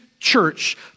church